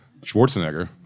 Schwarzenegger